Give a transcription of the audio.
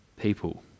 people